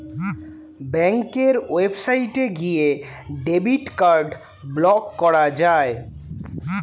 ব্যাঙ্কের ওয়েবসাইটে গিয়ে ডেবিট কার্ড ব্লক করা যায়